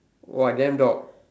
!wah! damn dog